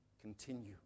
Continue